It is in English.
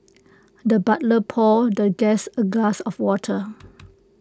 the butler poured the guest A glass of water